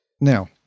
Now